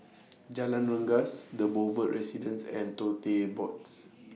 Jalan Rengas The Boulevard Residence and Tote Boards